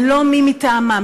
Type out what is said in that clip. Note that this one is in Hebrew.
ללא מי מטעמם,